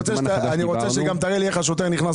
גם תראה לי איך השוטר נכנס